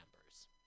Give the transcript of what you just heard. members